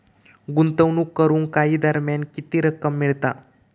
गुंतवणूक करून काही दरम्यान किती रक्कम मिळता?